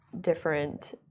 different